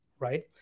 right